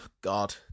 God